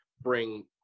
bring